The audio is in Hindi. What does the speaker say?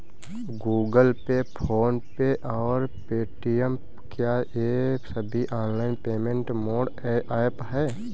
गूगल पे फोन पे और पेटीएम क्या ये सभी ऑनलाइन पेमेंट मोड ऐप हैं?